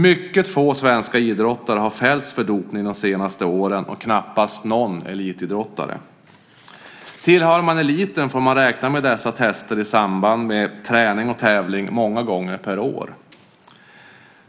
Mycket få svenska idrottare har fällts för dopning de senaste åren, och knappast någon elitidrottare. Tillhör man eliten får man räkna med dessa tester i samband med träning och tävling många gånger per år.